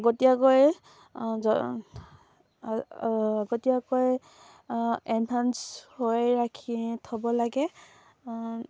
গতিকে এডভান্স হৈ ৰাখি থ'ব লাগে